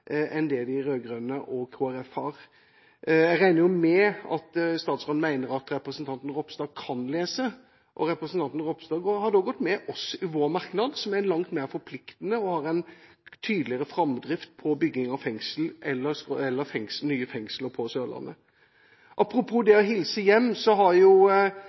enn de rød-grønne og Kristelig Folkeparti har. Jeg regner med at statsråden mener at representanten Ropstad kan lese, og representanten Ropstad har gått med oss i vår merknad, som er langt mer forpliktende, og har en tydeligere framdrift på bygging av nytt fengsel eller nye fengsler på Sørlandet. Apropos det å hilse hjem – den tidligere opposisjonen, som nå er blitt posisjon, har